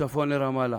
מצפון לרמאללה.